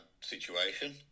situation